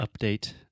update